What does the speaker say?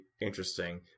interesting